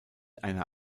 einer